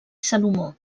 salomó